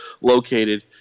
located